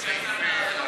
נתקבל.